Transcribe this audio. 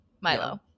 Milo